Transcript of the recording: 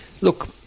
look –